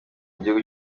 igihugu